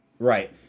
Right